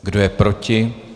Kdo je proti?